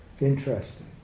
interesting